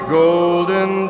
golden